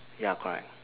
ya correct